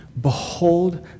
behold